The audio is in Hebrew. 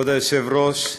כבוד היושב-ראש,